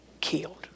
killed